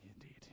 Indeed